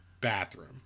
bathroom